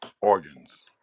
organs